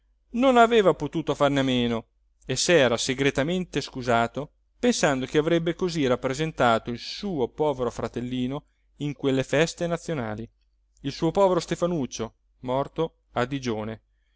non aveva potuto farne a meno e s'era segretamente scusato pensando che avrebbe cosí rappresentato il suo povero fratellino in quelle feste nazionali il suo povero stefanuccio morto a digione